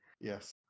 Yes